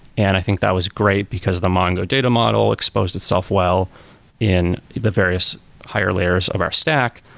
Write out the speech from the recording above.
and i think that was great because the mongo data model exposed itself well in the various higher layers of our stack.